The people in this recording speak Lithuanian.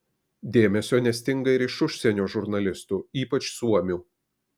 dėmesio nestinga ir iš užsienio žurnalistų ypač suomių